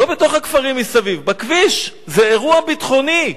לא בתוך הכפרים מסביב, בכביש, זה אירוע ביטחוני.